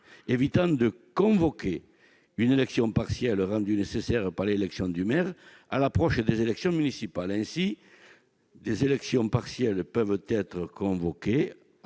évitant de convoquer une élection partielle rendue nécessaire par l'élection du maire à l'approche des élections municipales, ainsi des élections partielles peuvent peut-être être convoqué